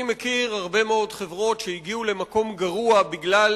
אני מכיר הרבה מאוד חברות שהגיעו למקום גרוע בגלל